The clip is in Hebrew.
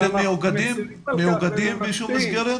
אתם מאוגדים באיזושהי מסגרת?